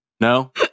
No